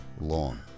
long